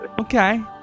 Okay